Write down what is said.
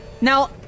Now